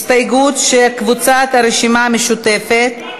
הסתייגות של קבוצת הרשימה המשותפת,